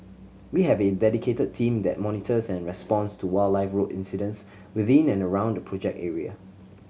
we have a dedicated team that monitors and responds to wildlife road incidents within and around the project area